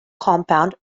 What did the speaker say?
compound